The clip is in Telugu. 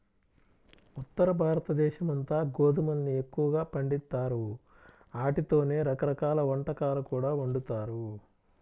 ఉత్తరభారతదేశమంతా గోధుమల్ని ఎక్కువగా పండిత్తారు, ఆటితోనే రకరకాల వంటకాలు కూడా వండుతారు